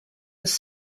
was